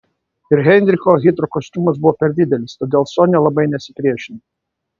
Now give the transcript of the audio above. ir heinricho hidrokostiumas buvo per didelis todėl sonia labai nesipriešino